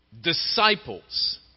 disciples